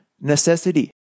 necessity